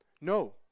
No